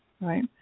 right